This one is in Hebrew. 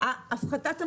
הפחתת המכסים,